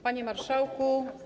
Panie Marszałku!